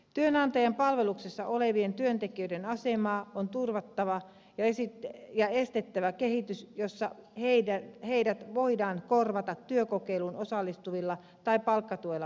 työnantajan palveluksessa olevien työntekijöiden asemaa on turvattava ja on estettävä kehitys jossa heidät voidaan korvata työkokeiluun osallistuvilla tai palkkatuella palkattavilla henkilöillä